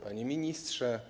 Panie Ministrze!